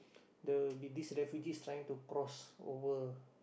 there will be this refugees trying to cross over